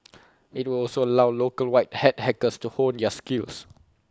IT would also allow local white hat hackers to hone their skills